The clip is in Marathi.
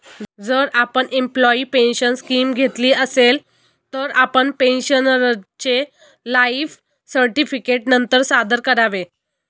जर आपण एम्प्लॉयी पेन्शन स्कीम घेतली असेल, तर आपण पेन्शनरचे लाइफ सर्टिफिकेट नंतर सादर करावे